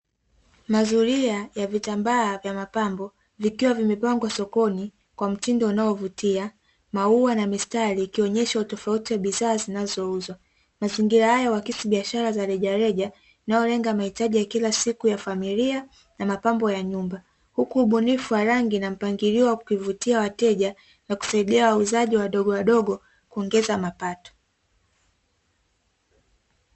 Mazulia ya vitambaa vya mapambo vikiwa vimepangwa sokoni kwa mtindo unaovutia, maua na mistari ikionyesha utofauti wa bidhaa zinazouzwa, mazingira hayo wakisi biashara za rejareja naolenga mahitaji ya kila siku ya familia na mapambo ya nyumba, huku ubunifu wa rangi na mpangilio wa kukivutia wateja na kusaidia wauzaji wadogo wadogo kuongeza mapato.